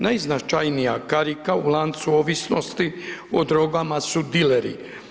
Najznačajnija karika u lancu ovisnost o drogama su dileri.